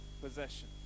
possession